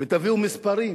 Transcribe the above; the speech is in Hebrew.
ותביאו מספרים